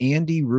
Andy